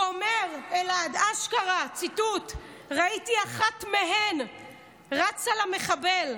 הוא אומר, אשכרה ציטוט: ראיתי אחת מהן רצה למחבל,